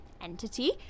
entity